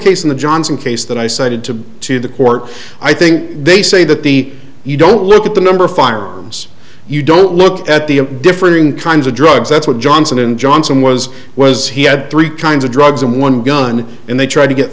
in the johnson case that i cited to to the court i think they say that the you don't look at the number of firearms you don't look at the differing kinds of drugs that's what johnson and johnson was was he had three kinds of drugs and one gun in they tried to get